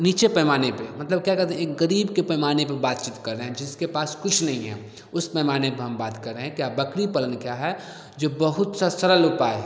नीचे पैमाने पे मतलब क्या कहते हैं एक गरीब के पैमाने पे बातचीत रहे है जिनके पास कुछ नहीं है उस पैमाने पे हम बात कर रहे हैं बकरी पालन में क्या है बहुत सा सरल उपाय है